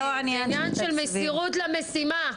זה עניין של מסירות למשימה.